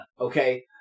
Okay